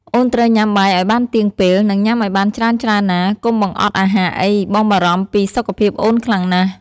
អូនត្រូវញ៉ាំបាយឱ្យបានទៀងពេល និងញ៉ាំឱ្យបានច្រើនៗណា កុំបង្អត់អាហារអី បងបារម្ភពីសុខភាពអូនខ្លាំងណាស់។